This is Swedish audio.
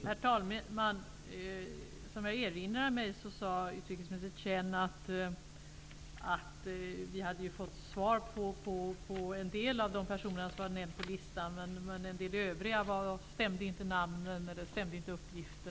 Herr talman! Som jag erinrar mig sade utrikesminister Chien att vi ju hade fått svar beträffande en del av de personer som var nämnda i listan. I fråga om de övriga stämde inte namnen eller andra uppgifter.